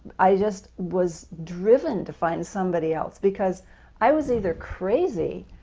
i just was driven to find somebody else, because i was either crazy,